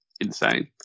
insane